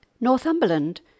Northumberland